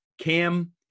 Cam